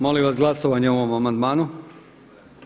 Molim vas glasovanje o ovom amandmanu.